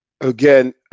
again